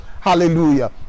Hallelujah